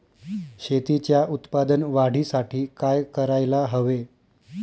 शेतीच्या उत्पादन वाढीसाठी काय करायला हवे?